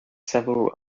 several